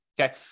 Okay